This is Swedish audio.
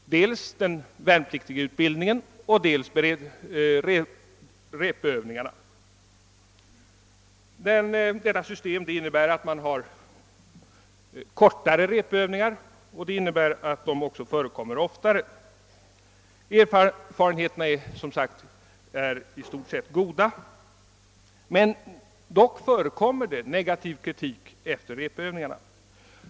Jag tänker på VU-60-systemet. Det innebär bla. att tiden för repövningarna blir kortare men att dessa hålls oftare. Erfarenheterna härav är i stort sett goda, även om det förekommer negativ kritik efter repövningarna.